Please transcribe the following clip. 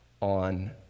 on